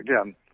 again